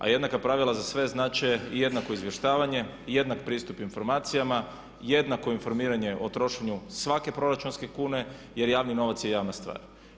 A jednaka pravila za sve znače i jednako izvještavanje i jednak pristup informacijama, jednako informiranje o trošenju svake proračunske kune jer javni novac je javna stvar.